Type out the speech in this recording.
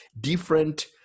different